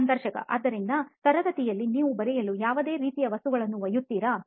ಸಂದರ್ಶಕ ಆದ್ದರಿಂದ ತರಗತಿಯಲ್ಲಿ ನೀವು ಬರೆಯಲು ಯಾವುದೇ ರೀತಿಯ ವಸ್ತುಗಳನ್ನು ಒಯ್ಯುತ್ತೀರಾ